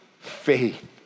faith